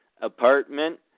Apartment